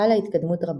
חלה התקדמות רבה.